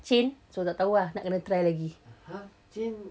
chain tapi tak tahu ah kena try lagi